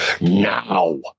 now